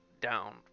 down